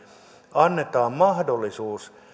annetaan mahdollisuus